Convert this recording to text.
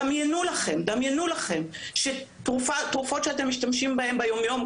דמיינו לכם שתרופות שאתם משתמשים בהן ביום-יום,